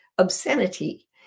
Obscenity